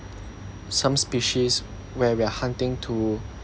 some species where we are hunting to